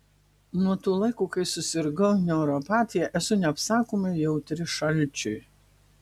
nuo to laiko kai susirgau neuropatija esu neapsakomai jautri šalčiui